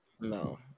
No